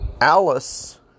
Alice